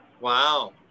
Wow